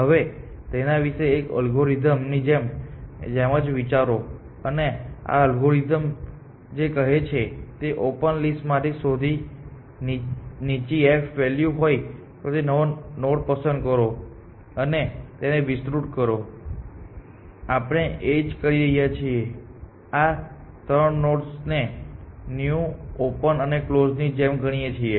હવે તેના વિશે એક અલ્ગોરિધમની જેમ જ વિચારો અને આ અલ્ગોરિધમ જે કહે છે તે ઓપન લિસ્ટ માંથી સૌથી નીચી f વેલ્યુ હોય તેવો નોડ પસંદ કરો અને તેને વિસ્તૃત કરો આપણે એ જ કરી રહ્યા છીએ અને આ ત્રણ નોડ્સને ન્યૂ ઓપન અને કલોઝ ની જેમ ગણીએ છીએ